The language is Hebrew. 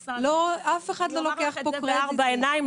אף אחד לא לוקח פה קרדיטים.